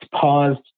paused